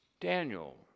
Daniel